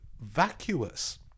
vacuous